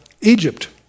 Egypt